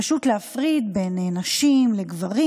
פשוט להפריד בין נשים לגברים.